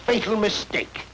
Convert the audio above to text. fatal mistake